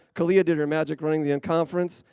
colea did her magic running the and conference,